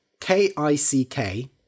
K-I-C-K